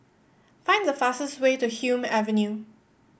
find the fastest way to Hume Avenue